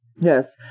Yes